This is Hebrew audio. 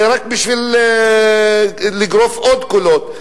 רק כדי לגרוף עוד קולות.